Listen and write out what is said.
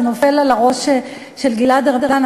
זה נופל על הראש של גלעד ארדן,